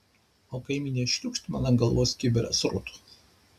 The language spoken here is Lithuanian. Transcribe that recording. o kaimynė šliūkšt man ant galvos kibirą srutų